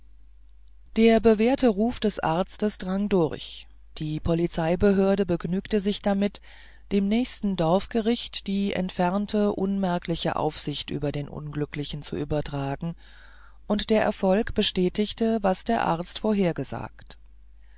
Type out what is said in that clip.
der bewährte ruf des arztes drang durch die polizeibehörde begnügte sich damit den nächsten dorfgerichten die entfernte unmerkliche aufsicht über den unglücklichen zu übertragen und der erfolg bestätigte was der arzt vorhergesagt